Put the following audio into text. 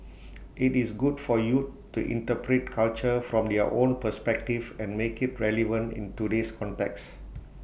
IT is good for youth to interpret culture from their own perspective and make IT relevant in today's context